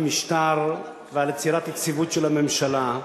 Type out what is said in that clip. משטר ועל יצירת יציבות של הממשלה,